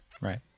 right